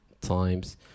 times